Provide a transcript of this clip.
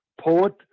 poet